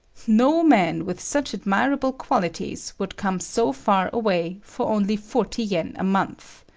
no man with such admirable qualities would come so far away for only forty yen a month!